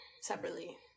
separately